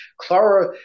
Clara